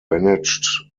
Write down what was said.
managed